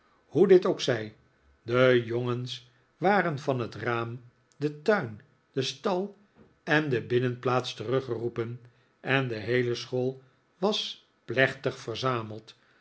hoe dit ook zij de jongens waren van het raam den tuin den stal en de binnenplaats teruggeroepen en de heele school was plechtig verzameld